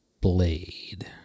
blade